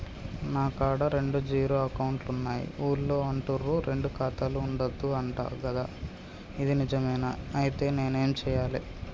నా కాడా రెండు జీరో అకౌంట్లున్నాయి ఊళ్ళో అంటుర్రు రెండు ఖాతాలు ఉండద్దు అంట గదా ఇది నిజమేనా? ఐతే నేనేం చేయాలే?